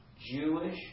Jewish